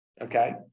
okay